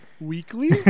weekly